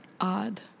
odd